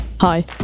Hi